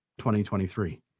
2023